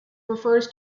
refers